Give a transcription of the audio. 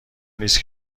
نیست